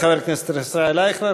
תודה לחבר הכנסת ישראל אייכלר.